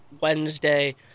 Wednesday